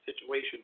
situation